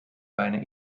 bijna